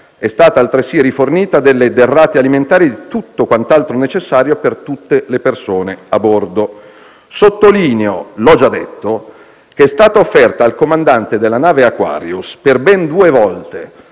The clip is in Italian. È stata altresì rifornita delle derrate alimentari e di quant'altro necessario per tutte le persone a bordo. Sottolineo, come ho già detto, che è stata offerta al comandante della nave Aquarius per ben due volte,